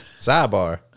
sidebar